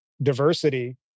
Diversity